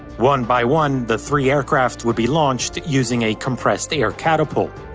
one by one, the three aircraft would be launched using a compressed air catapult.